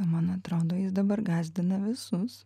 man atrodo jis dabar gąsdina visus